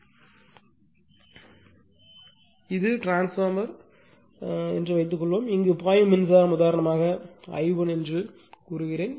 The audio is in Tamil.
இது என்னுடையது இது டிரான்ஸ்பார்மர் என்று வைத்துக்கொள்வோம் இங்கு பாயும் மின்சாரம் உதாரணமாக I1 என்று சொல்லுங்கள்